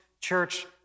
church